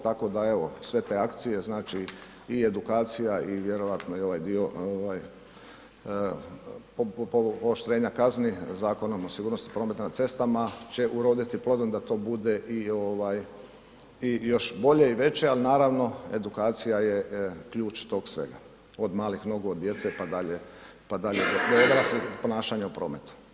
Tako da evo sve te akcije znači i edukacija i vjerojatno i ovaj dio pooštrenja kazni Zakonom o sigurnosti prometa na cestama će uroditi plodom da to bude i još bolje i veće ali naravno edukacija je ključ tog svega, od malih nogu, od djece pa dalje do odraslih i ponašanja u prometu.